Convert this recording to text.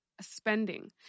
spending